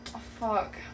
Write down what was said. Fuck